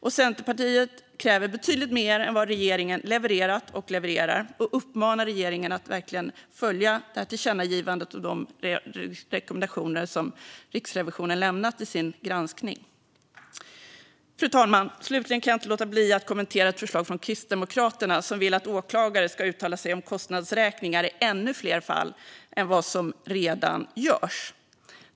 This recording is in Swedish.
Centerpartiet kräver betydligt mer än vad regeringen har levererat och levererar och uppmanar regeringen att verkligen följa tillkännagivandet och de rekommendationer som Riksrevisionen lämnat i sin granskning. Fru talman! Slutligen kan jag inte låta bli att kommentera ett förslag från Kristdemokraterna, som vill att åklagare ska uttala sig om kostnadsräkningar i ännu fler fall än vad som redan görs.